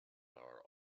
are